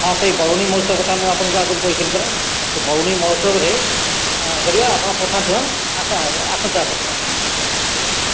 ହଁ ସେଇ ବରୁଣେଇ ମହୋତ୍ସବ କଥା ମୁଁ ଆପଣଙ୍କୁ ଆଗରୁ କହିଥିଲି ପରା ସେ ବରୁଣେଇ ମହୋତ୍ସବରେ କରିବା ଆପଣ ପଠାନ୍ତୁ ହାଁ ଆସ ଆସନ୍ତୁ ଆସନ୍ତୁ ଆଜ୍ଞା ହଁ ଠିକ୍ ଅଛି